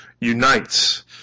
unites